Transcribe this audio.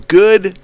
good